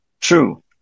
true